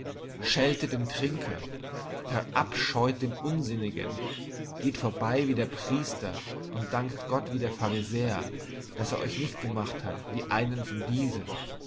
scheltet den trinker verabscheut den unsinnigen geht vorbei wie der priester und dankt gott wie der pharisäer daß er euch nicht gemacht hat wie einen von diesen